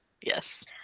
Yes